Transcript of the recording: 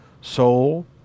soul